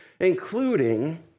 including